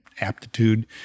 aptitude